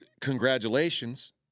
congratulations